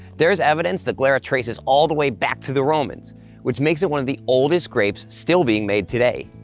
there is evidence that glera traces all the way back to the romans which makes it one of the oldest grapes still being made today.